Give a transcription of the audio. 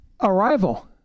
Arrival